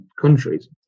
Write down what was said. countries